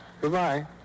Goodbye